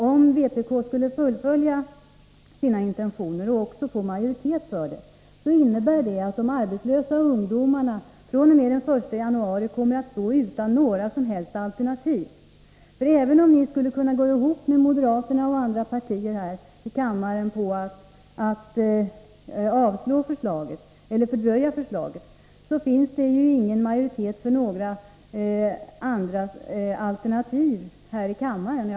Om vpk skulle fullfölja sina intentioner och också få majoritet för sina förslag, innebär det att de arbetslösa ungdomarna fr.o.m. den 1 januari kommer att stå utan några som helst alternativ. Även om ni skulle kunna gå ihop med moderaterna och andra partier här i kammaren om att avslå eller fördröja regeringsförslaget, finns det ju ingen majoritet här i kammaren för några andra alternativ.